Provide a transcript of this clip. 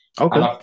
Okay